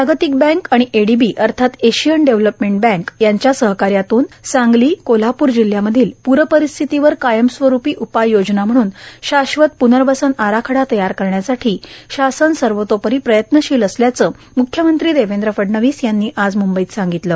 जागतिक बँक आणि ADB Asian development bank यांच्या सहकार्यात्न सांगली कोल्हापूर जिल्ह्यांतील पूरपरिस्थितीवर कायमस्वरूपी उपाययोजना म्हणून शाश्वत प्नर्वसन आराखडा तयार करण्यासाठी शासन सर्वतोपरी प्रयत्नशील असल्याचं मुख्यमंत्री देवेंद्र फडणवीस यांनी आज मुंबईत सांगितलं